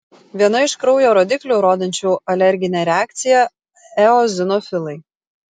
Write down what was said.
viena iš kraujo rodiklių rodančių alerginę reakciją eozinofilai